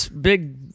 big